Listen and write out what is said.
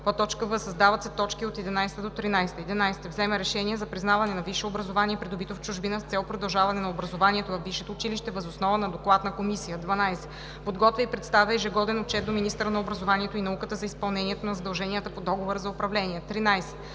в) създават се т. 11 – 13: „11. взема решение за признаване на висше образование, придобито в чужбина, с цел продължаване на образованието във висшето училище въз основа на доклад на комисия; 12. подготвя и представя ежегоден отчет до министъра на образованието и науката за изпълнението на задълженията по договора за управление;